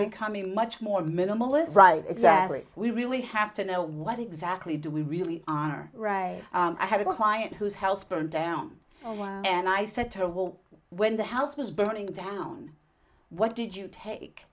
becoming much more minimalist right exactly we really have to know what exactly do we really honor i had a client whose house burned down and i said terrible when the house was burning down what did you take